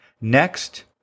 Next